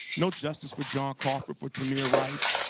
no justice for john crawford, for tamir rice.